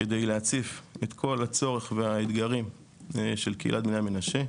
כדי להציף את כל הצורך והאתגרים של קהילת בני המנשה.